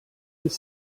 his